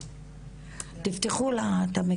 את שאלת